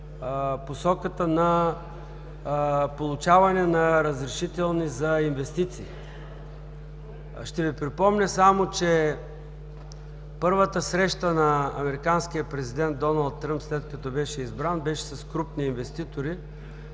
посоката на получаване на разрешителни за инвестиции. Ще Ви припомня само, че първата среща на американския президент Доналд Тръмп, след като беше избран, беше с крупни американски